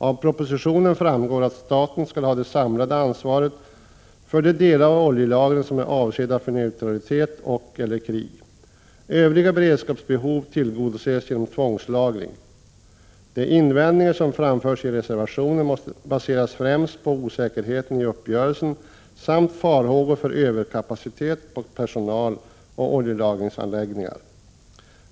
Av propositionen framgår att staten skall ha det samlade ansvaret för de delar av oljelagren som är avsedda för neutralitet och/eller krig. Övriga beredskapsbehov tillgodoses genom tvångslagring. De invändningar som framförs i reservationen baseras främst på osäkerheten i uppgörelsen samt farhågor för överkapacitet på personal och oljelagringsanläggningar.